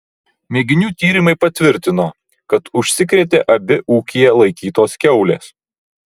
mėginių tyrimai patvirtino kad užsikrėtė abi ūkyje laikytos kiaulės